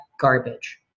garbage